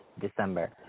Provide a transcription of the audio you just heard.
December